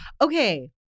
Okay